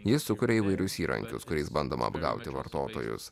ji sukuria įvairius įrankius kuriais bandoma apgauti vartotojus